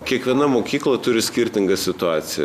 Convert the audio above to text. kiekviena mokykla turi skirtingą situaciją